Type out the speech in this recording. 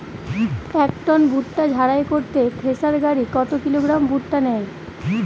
এক টন ভুট্টা ঝাড়াই করতে থেসার গাড়ী কত কিলোগ্রাম ভুট্টা নেয়?